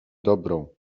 dobrą